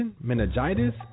meningitis